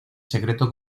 secreto